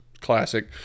Classic